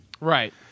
Right